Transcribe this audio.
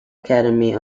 academy